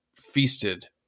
feasted